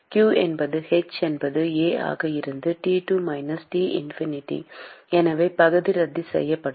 q என்பது h என்பது A ஆக இருந்து T2 மைனஸ் T இன்ஃபினிட்டி எனவே பகுதி ரத்து செய்யப்படும்